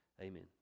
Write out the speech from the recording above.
Amen